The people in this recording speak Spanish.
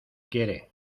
quiere